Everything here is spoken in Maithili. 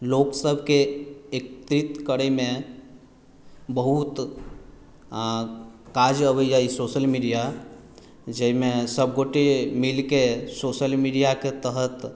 लोक सभकेँ एकत्रित करैमे बहुत आ काज अबैए ई सोशल मीडिआ जाहिमे सभ गोटे मिलकेँ सोशल मीडिआके तहत